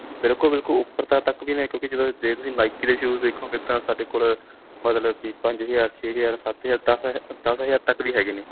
ਬਿਲਕੁਲ ਬਿਲਕੁਲ ਉਪਰ ਦਾ ਤੱਕ ਵੀ ਨੇ ਕਿਉਂਕਿ ਜਦੋਂ ਜੇ ਤੁਸੀਂ ਨਾਈਕੀ ਦੇ ਸ਼ੂਜ਼ ਦੇਖੋ ਕਿੱਦਾਂ ਸਾਡੇ ਕੋਲ ਮਤਲਬ ਵੀ ਪੰਜ ਹਜ਼ਾਰ ਛੇ ਹਜ਼ਾਰ ਸੱਤ ਹਜ਼ਾਰ ਦਸ ਹਜ਼ਾਰ ਤੱਕ ਵੀ ਹੈਗੇ ਨੇ